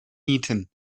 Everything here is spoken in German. nieten